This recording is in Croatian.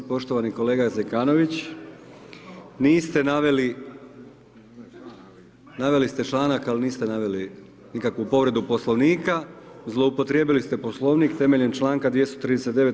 Poštovani kolega Zekanović, niste naveli, naveli ste članak, ali niste naveli nikakvu povredu Poslovnika, zloupotrijebili ste Poslovnik temeljem čl. 239.